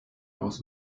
aus